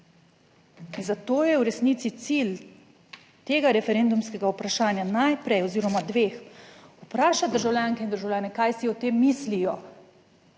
Zato je v resnici cilj tega referendumskega vprašanja najprej oziroma dveh vprašati državljanke in državljane kaj si o tem mislijo